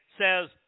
says